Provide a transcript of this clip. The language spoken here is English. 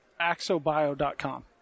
axobio.com